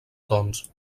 tons